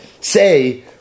say